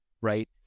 right